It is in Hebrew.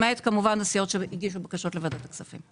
למעט כמובן הסיעות שהגישו בקשות לוועדת הכספים.